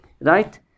right